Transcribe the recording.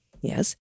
yes